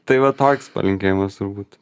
tai va toks palinkėjimas turbūt